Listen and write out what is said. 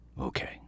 Okay